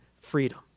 freedom